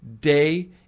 day